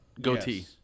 goatee